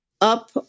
up